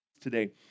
today